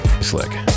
Slick